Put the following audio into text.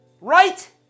right